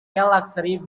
luxury